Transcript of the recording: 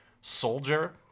soldier